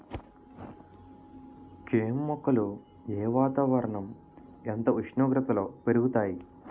కెమ్ మొక్కలు ఏ వాతావరణం ఎంత ఉష్ణోగ్రతలో పెరుగుతాయి?